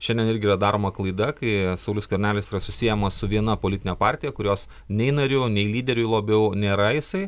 šiandien irgi yra daroma klaida kai saulius skvernelis yra susiejamas su viena politine partija kurios nei nariu nei lyderiu labiau nėra jisai